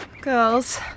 Girls